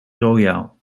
royal